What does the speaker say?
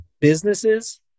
businesses